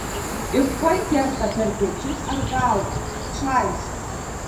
ir tuoj kerta per pečius ar galvą čaižo